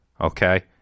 Okay